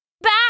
Back